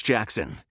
Jackson